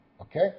Okay